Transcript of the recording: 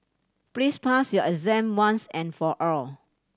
please pass your exam once and for all